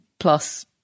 Plus